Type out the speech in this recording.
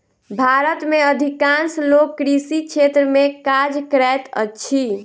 भारत में अधिकांश लोक कृषि क्षेत्र में काज करैत अछि